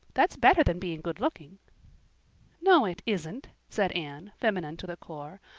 that's better than being good looking. no, it isn't, said anne, feminine to the core.